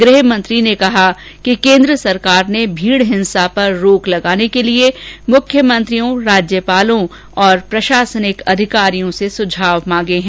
गृहमंत्री ने कहा कि केन्द्र सरकार ने भीड़ हिंसा पर रोक लगाने के लिए मुख्यमंत्रियों राज्यपालों और प्रशासनिक अधिकारियों से सुझाव मांगे हैं